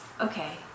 Okay